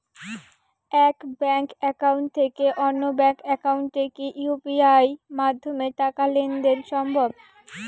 এক bank account থেকে অন্য ব্যাংক একাউন্টে কি ইউ.পি.আই মাধ্যমে টাকার লেনদেন দেন সম্ভব?